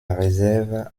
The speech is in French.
réserve